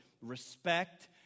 respect